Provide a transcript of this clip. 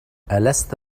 ألست